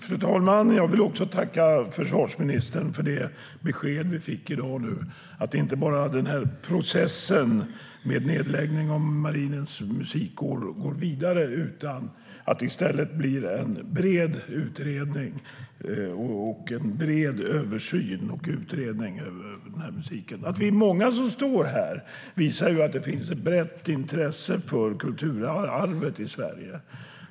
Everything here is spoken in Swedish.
Fru talman! Jag vill också tacka försvarsministern för det besked vi fick i dag om att processen med nedläggningen av Marinens Musikkår inte bara går vidare utan att det i stället blir en bred utredning och översyn av detta. Att vi är många här visar att det finns ett stort intresse för kulturarvet i Sverige.